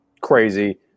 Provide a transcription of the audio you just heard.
crazy